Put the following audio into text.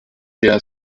der